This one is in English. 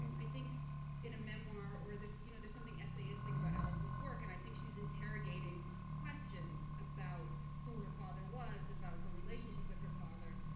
i think in a memoir there's you know there's something essayistic about alison's work. and i think she's interrogating questions about who her father was, about her relationship with her father,